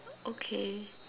okay